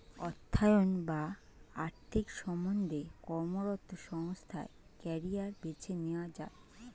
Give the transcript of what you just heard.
অর্থায়ন বা আর্থিক সম্বন্ধে কর্মরত সংস্থায় কেরিয়ার বেছে নেওয়া যায়